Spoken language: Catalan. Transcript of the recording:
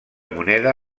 moneda